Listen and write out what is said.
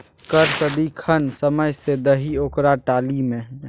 कर सदिखन समय सँ दही ओकरा टाली नै